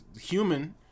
human